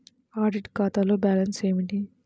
Audit ఖాతాలో balance ఏమిటీ?